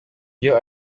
iyo